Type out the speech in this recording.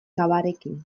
cavarekin